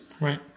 Right